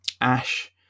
Ash